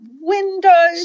windows